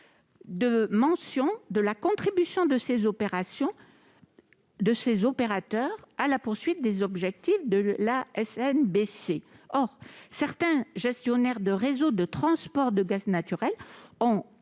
de mention de la contribution de ces opérateurs à la recherche des objectifs de neutralité carbone. Or certains gestionnaires de réseaux de transport de gaz naturel